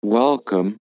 welcome